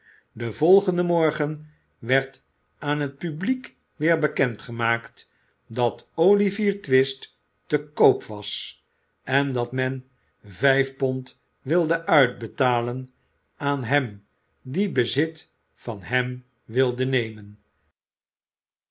den volgenden morgen werd aan het publiek weer bekend gemaakt dat olivier twist te koop was en dat men vijf pond wilde uitbetalen aan hem die bezit van hem wilde nemen